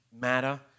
matter